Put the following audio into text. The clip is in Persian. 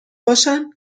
باشن